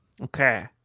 Okay